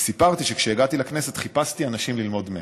וסיפרתי שכשהגעתי לכנסת חיפשתי אנשים ללמוד מהם,